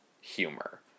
humor